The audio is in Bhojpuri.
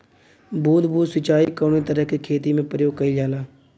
बूंद बूंद सिंचाई कवने तरह के खेती में प्रयोग कइलजाला?